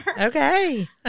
Okay